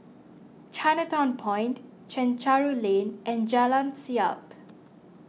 Chinatown Point Chencharu Lane and Jalan Siap